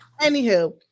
Anywho